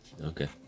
Okay